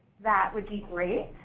that would be great,